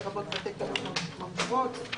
לרבות בתי קירור וממגורות,